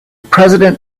president